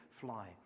fly